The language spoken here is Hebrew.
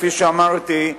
כפי שאמרתי,